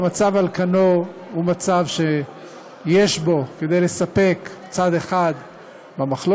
והמצב על כנו הוא מצב שיש בו כדי לספק צד אחד במחלוקת,